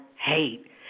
hate